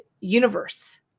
universe